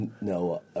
no